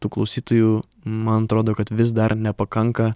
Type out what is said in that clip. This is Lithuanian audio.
tų klausytojų man atrodo kad vis dar nepakanka